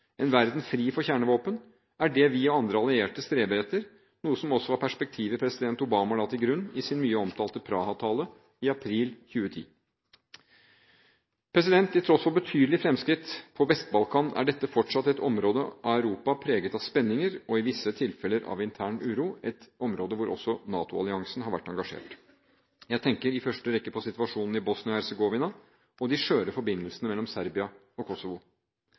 En verden fri for kjernevåpen er det vi og andre allierte streber etter, noe som også var perspektivet president Obama la til grunn i sin mye omtalte Praha-tale i april 2010. Til tross for betydelige fremskritt på Vest-Balkan er dette fortsatt et område av Europa preget av spenninger og i visse tilfeller av intern uro – et område hvor også NATO-alliansen har vært engasjert. Jeg tenker i første rekke på situasjonen i Bosnia-Hercegovina og de skjøre forbindelsene mellom Serbia og Kosovo.